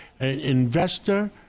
investor